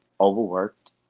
overworked